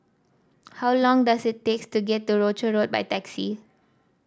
how long does it takes to get to Rochor Road by taxi